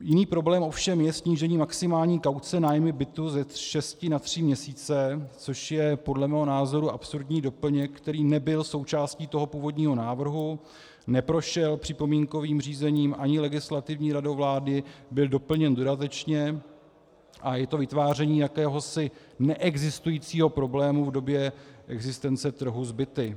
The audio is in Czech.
Jiný problém ovšem je snížení maximální kauce u nájmu bytu ze šesti na tři měsíce, což je podle mého názoru absurdní doplněk, který nebyl součástí toho původního návrhu, neprošel připomínkovým řízením ani Legislativní radou vlády, byl doplněn dodatečně a je to vytváření jakéhosi neexistujícího problému v době existence trhu s byty.